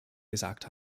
gesagt